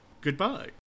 Goodbye